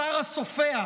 השר הסופח,